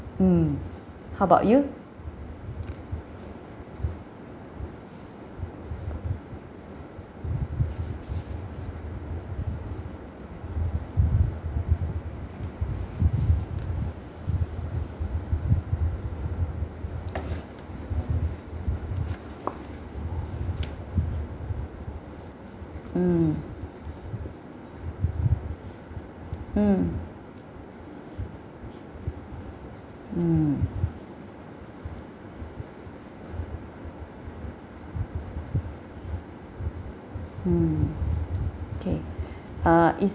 mm how about you mm mm mm hmm K uh is